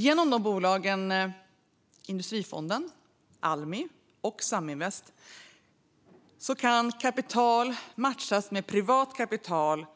Genom bolagen Industrifonden, Almi och Saminvest kan kapital matchas med privat kapital